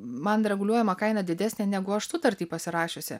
man reguliuojama kaina didesnė negu aš sutartį pasirašiusi